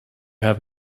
have